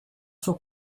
sua